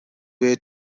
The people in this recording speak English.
way